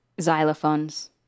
Xylophones